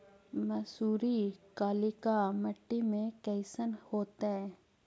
मसुरी कलिका मट्टी में कईसन होतै?